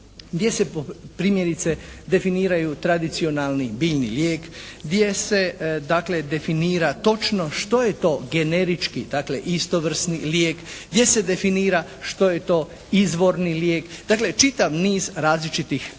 gdje se primjerice definiraju tradicionalni biljni lijek. Gdje se dakle definira točno što je to generički dakle istovrsni lijek? Gdje se definira što je to izvorni lijek? Dakle čitav niz različitih pojmova